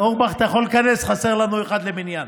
אורבך, אתה יכול להיכנס, חסר לנו אחד למניין.